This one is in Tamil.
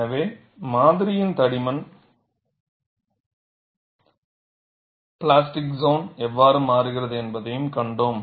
எனவே மாதிரியின் தடிமன் பிளாஸ்டிக் சோன் எவ்வாறு மாறுகிறது என்பதைக் கண்டோம்